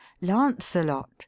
lancelot